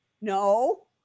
no